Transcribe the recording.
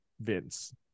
Vince